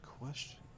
question